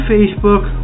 Facebook